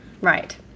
Right